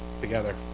together